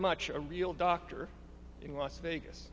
much a real doctor in las vegas